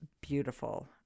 beautiful